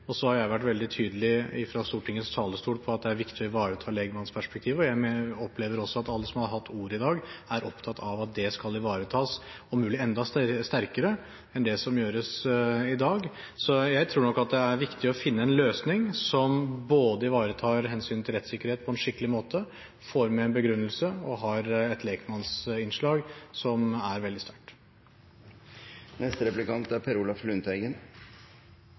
og så har jeg vært veldig tydelig fra Stortingets talerstol på at det er viktig å ivareta lekmannsperspektivet, og jeg opplever også at alle som har hatt ordet i dag, er opptatt av at det skal ivaretas om mulig enda sterkere enn det som gjøres i dag. Så jeg tror nok at det er viktig å finne en løsning som både ivaretar hensynet til rettssikkerheten på en skikkelig måte, får med en begrunnelse og har et lekmannsinnslag som er veldig sterkt. Det er